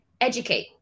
educate